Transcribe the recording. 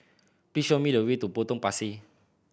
please show me the way to Potong Pasir